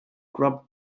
grub